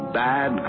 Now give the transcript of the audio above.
bad